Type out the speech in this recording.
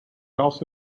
also